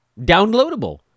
downloadable